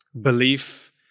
belief